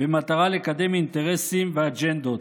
במטרה לקדם אינטרסים ואג'נדות.